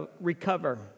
recover